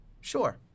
Sure